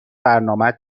برنامهت